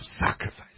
sacrifice